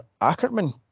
Ackerman